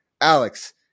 Alex